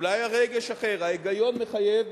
אולי הרגש אחרת, ההיגיון מחייב